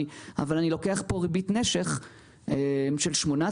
אבל אני לוקח פה ריבית נשך של 8%,